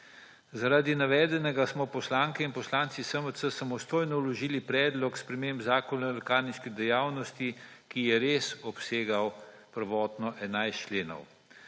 Zaradi navedenega smo poslanke in poslanci SMC samostojno vložili predlog sprememb Zakona o lekarniški dejavnosti, ki je res obsegal prvotno 11 členov,